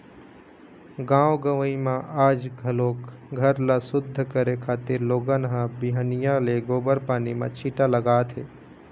गाँव गंवई म आज घलोक घर ल सुद्ध करे खातिर लोगन ह बिहनिया ले गोबर पानी म छीटा लगाथे